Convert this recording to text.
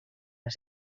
les